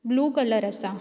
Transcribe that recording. blue colour आसा